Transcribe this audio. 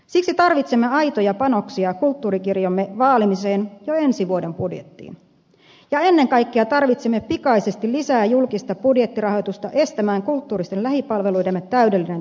siksi tarvitsemme aitoja panoksia kulttuurikirjomme vaalimiseen jo ensi vuoden budjettiin ja ennen kaikkea tarvitsemme pikaisesti lisää julkista budjettirahoitusta estämään kulttuuristen lähipalveluidemme täydellinen tuhoutuminen